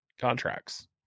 contracts